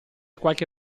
qualche